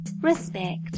respect